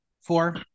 four